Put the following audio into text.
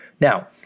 Now